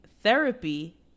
Therapy